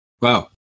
Wow